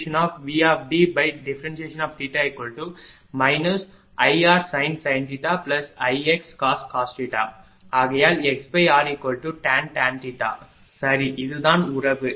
ஆகையால் xrtan சரி இதுதான் உறவு எனவேmaxxr